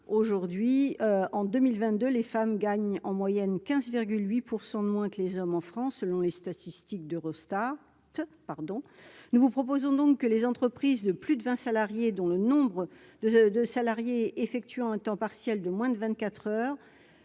aujourd'hui, en 2022, les femmes gagnent en moyenne 15 8 pour 100 de moins que les hommes en France, selon les statistiques d'Eurostar, pardon, nous vous proposons donc que les entreprises de plus de 20 salariés dont le nombre de de salariés effectuant un temps partiel de moins de 24 heures